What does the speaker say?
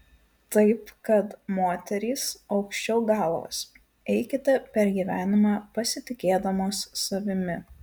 taip kad moterys aukščiau galvas eikite per gyvenimą pasitikėdamos savimi